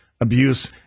abuse